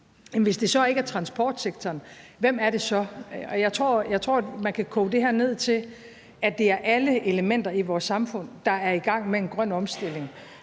hvis det så ikke er transportsektoren, hvem er det så? Jeg tror, man kan koge det her ned til, at det er alle elementer i vores samfund, der er i gang med en grøn omstilling.